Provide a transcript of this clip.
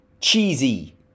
cheesy